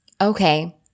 Okay